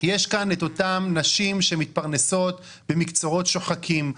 שיש כאן את אותן נשים שמתפרנסות במקצועות שוחקים,